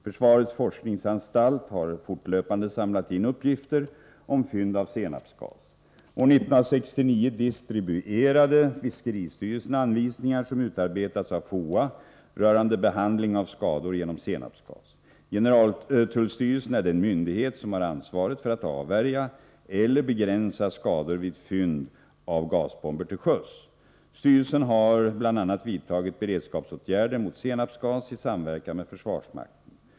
Försvarets forskningsanstalt har fortlöpande samlat in uppgifter om fynd av senapsgas. År 1969 distribuerade fiskeristyrelsen anvisningar som utarbetats av FOA rörande behandling av skador genom senapsgas. 93 Generaltullstyrelsen är den myndighet som har ansvaret för att avvärja eller begränsa skador vid fynd av gasbomber till sjöss. Styrelsen har bl.a. vidtagit beredskapsåtgärder mot senapsgas i samverkan med försvarsmakten.